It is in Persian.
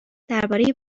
درباره